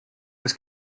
was